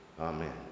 Amen